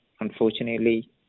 unfortunately